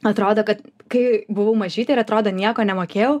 atrodo kad kai buvau mažytė ir atrodo nieko nemokėjau